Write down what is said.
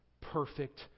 perfect